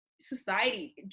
society